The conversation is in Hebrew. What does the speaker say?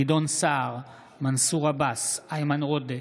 גדעון סער, מנסור עבאס, איימן עודה,